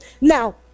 Now